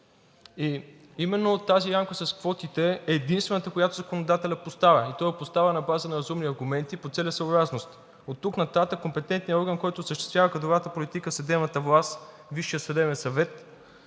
Именно тази рамка с квотите е единствената, която законодателят поставя, и той я поставя на база на разумни аргументи по целесъобразност. Оттук нататък компетентният орган, който осъществява кадровата политика в съдебната власт – Висшият съдебен съвет,